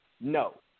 No